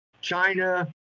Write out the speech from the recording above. China